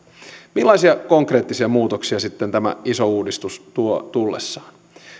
millaisia konkreettisia muutoksia sitten tämä iso uudistus tuo tullessaan